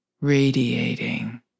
radiating